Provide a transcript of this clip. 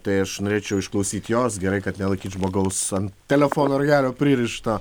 tai aš norėčiau išklausyt jos gerai kad nelaikyt žmogaus ant telefono ragelio pririšto